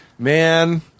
Man